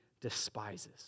despises